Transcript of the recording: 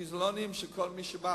כי זה לא נעים שכל מי שבא,